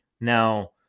Now